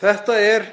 Þetta er